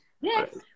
Yes